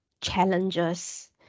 challenges